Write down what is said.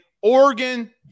Oregon